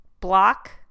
block